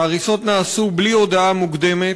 ההריסות נעשו בלי הודעה מוקדמת,